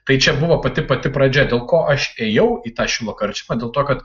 tai čia buvo pati pati pradžia dėl ko aš ėjau į tą šilo karčiamą dėl to kad